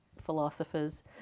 philosophers